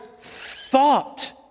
thought